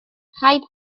rhaid